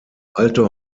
alte